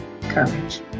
courage